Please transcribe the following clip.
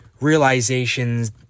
realizations